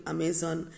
Amazon